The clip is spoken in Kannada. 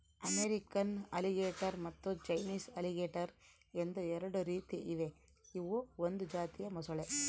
ಅಮೇರಿಕನ್ ಅಲಿಗೇಟರ್ ಮತ್ತು ಚೈನೀಸ್ ಅಲಿಗೇಟರ್ ಎಂದು ಎರಡು ರೀತಿ ಇವೆ ಇವು ಒಂದು ಜಾತಿಯ ಮೊಸಳೆ